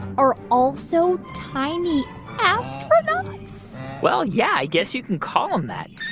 are also tiny astronauts well, yeah, i guess you can call them that.